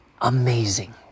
amazing